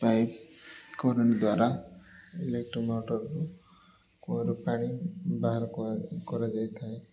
pipe current ଦ୍ୱାରା electric ମୋଟରରୁ କୂଅରୁ ପାଣି ବାହାର କରା କରାଯାଇ ଥାଏ